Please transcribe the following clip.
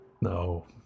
No